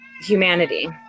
humanity